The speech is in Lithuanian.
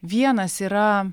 vienas yra